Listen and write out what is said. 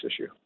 issue